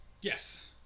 Yes